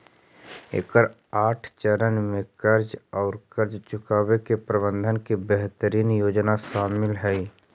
एकर आठ चरण में कर्ज औउर कर्ज चुकावे के प्रबंधन के बेहतरीन योजना शामिल हई